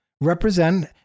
represent